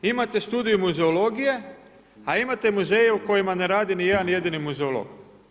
Imate studij muzejologije, a imate muzeje u kojima ne radi ni jedan jedini muzejolog.